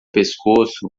pescoço